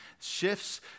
shifts